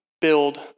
build